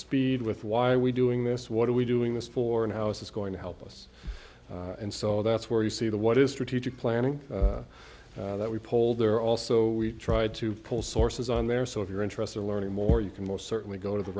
speed with why we doing this what are we doing this for and house is going to help us and so that's where you see the what is strategic planning that we polled there also we tried to pull sources on there so if you're interested in learning more you can most certainly go to the